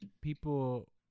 people